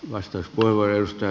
tästä oli kyse